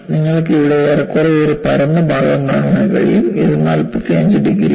നിങ്ങൾക്ക് ഇവിടെ ഏറെക്കുറെ ഒരു പരന്ന ഭാഗം കാണാൻ കഴിയും അത് 45 ഡിഗ്രിയാണ്